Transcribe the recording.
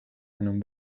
een